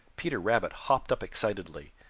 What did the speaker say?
peter rabbit hopped up excitedly.